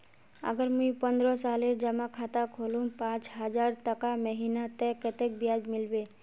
अगर मुई पन्द्रोह सालेर जमा खाता खोलूम पाँच हजारटका महीना ते कतेक ब्याज मिलबे?